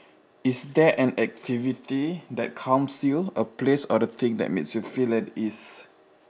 is there an activity that calms you a place or a thing that makes you feel at ease